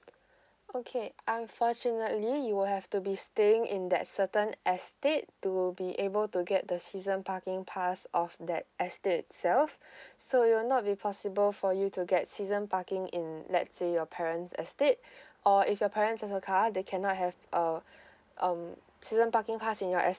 okay unfortunately you will have to be staying in that certain estate to be able to get the season parking pass of that estate itself so you will not be possible for you to get season parking in let's say your parents estate or if your parents has a car they cannot have uh um season parking pass in your estate